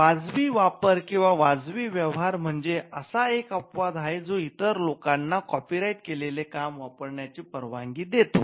वाजवी वापर किंवा वाजवी व्यवहार म्हणजे असा एक अपवाद आहे जो इतर लोकांना कॉपीराइट केलेले काम वापरण्याची परवानगी देतो